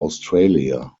australia